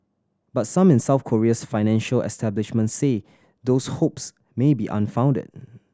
but some in South Korea's financial establishment say those hopes may be unfounded